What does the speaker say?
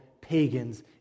pagans